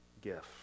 gift